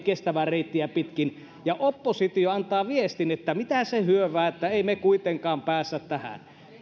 kestävää reittiä pitkin oppositio antaa viestin että mitä se hyövää että ei me kuitenkaan päästä tähän